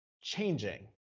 changing